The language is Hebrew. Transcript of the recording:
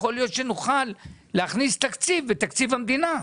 יכול להיות שנוכל להכניס תקציב בתקציב המדינה.